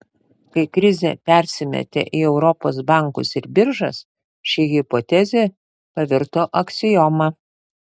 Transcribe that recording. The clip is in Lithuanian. kai krizė persimetė į europos bankus ir biržas ši hipotezė pavirto aksioma